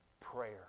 prayer